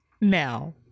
Now